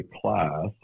class